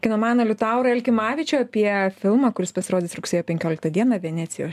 kinomaną liutaurą elkimavičių apie filmą kuris pasirodys rugsėjo penkioliktą dieną venecijos